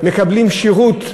מיכל רוזין.